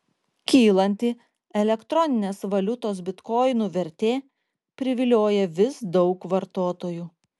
kylanti elektroninės valiutos bitkoinų vertė privilioja vis daug vartotojų